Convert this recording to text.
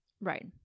Right